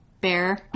bear